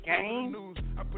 game